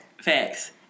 Facts